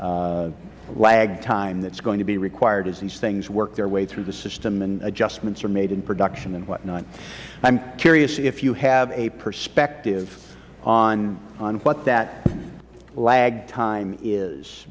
certain lag time that is going to be required as these things work their way through the system and adjustments are made in production and what not i am curious if you have a perspective on what that lag time is